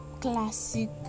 classic